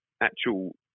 actual